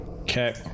Okay